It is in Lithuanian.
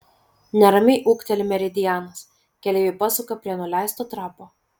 neramiai ūkteli meridianas keleiviai pasuka prie nuleisto trapo